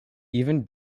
even